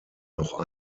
noch